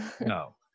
No